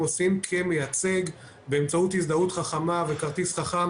עושים כמייצג באמצעות הזדהות חכמה וכרטיס חכם,